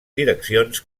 direccions